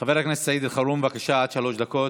חבר הכנסת סעיד אלחרומי, בבקשה, עד שלוש דקות.